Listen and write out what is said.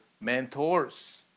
mentors